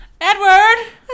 Edward